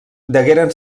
degueren